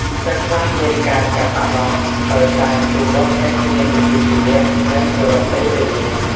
សិស្សខ្លះមានការចាប់អារម្មណ៍ដោយសារគ្រូបរទេសមានវិជ្ជាជីវៈ និងគោរពពេលវេលា។